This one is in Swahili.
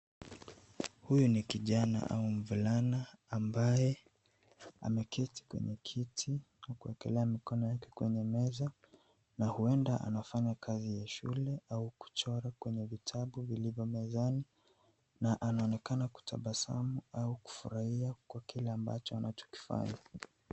Huyu ni kijana au mvulana ambaye ameketi kwenye kiti na kuwekelea mikono yake kwenye meza na huenda anafanya kazi ya shule au kuchora kwenye vitabu vilivyo mezani na anaonekana kutabasamu au kufurahia kwa kile ambacho anachokifanya.